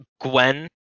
Gwen